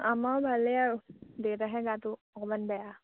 আমাৰ ভালে আৰু দেতাহে গাটো অকমান বেয়া